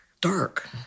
dark